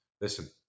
listen